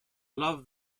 love